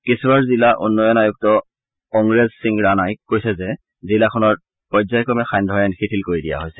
কিশ্বৱাৰ জিলা উন্নয়ন আয়ুক্ত অংৰজ সিং ৰাণাই কৈছে যে জিলাখনৰ পৰ্যায়ক্ৰমে সান্ধ্য আইন শিথিল কৰি দিয়া হৈছে